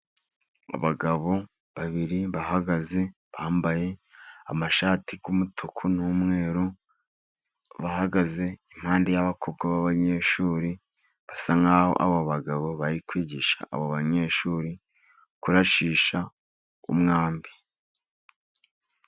Abagabo babiri bahagaze, bambaye amashati y'mutuku n'umweru, bahagaze impande y'abakobwa b'abanyeshuri, basa nk'aho abo bagabo bari kwigisha abo banyeshuri, kurashisha umwambi.